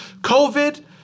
COVID